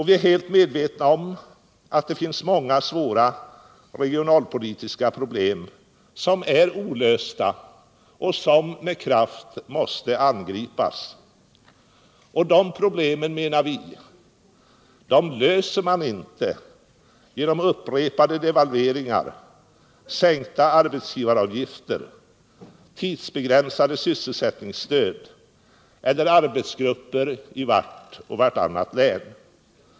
Vi är helt medvetna om att det finns många svåra regionalpolitiska problem som är olösta och som med kraft måste angripas. De problemen löser man enligt vår mening inte genom upprepade devalveringar, sänkta arbetsgivaravgifter, tidsbegränsade sysselsättningsstöd eller arbetsgrupper i vart och vartannat län.